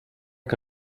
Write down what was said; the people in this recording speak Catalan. que